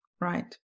right